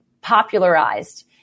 popularized